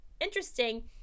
Interesting